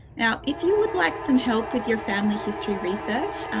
now, if you would like some help with your family history research,